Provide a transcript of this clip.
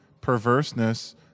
perverseness